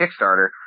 Kickstarter